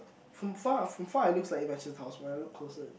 from far from far it looks like it matches house when I look closer it